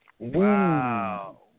Wow